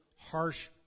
harsh